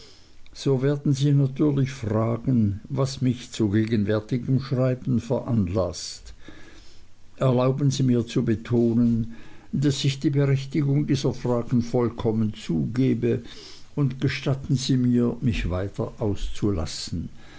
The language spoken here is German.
so werden sie natürlich fragen was mich zu gegenwärtigem schreiben veranlaßt erlauben sie mir zu betonen daß ich die berechtigung dieser frage vollkommen zugebe und gestatten sie mir mich weiter auszulassen